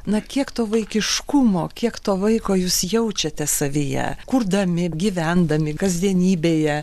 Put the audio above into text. na kiek to vaikiškumo kiek to vaiko jūs jaučiate savyje kurdami gyvendami kasdienybėje